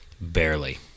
Barely